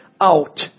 out